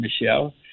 Michelle